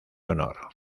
honor